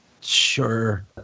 Sure